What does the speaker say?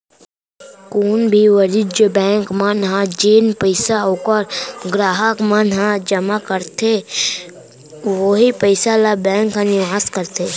कोनो भी वाणिज्य बेंक मन ह जेन पइसा ओखर गराहक मन ह जमा करथे उहीं पइसा ल बेंक ह निवेस करथे